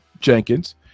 Jenkins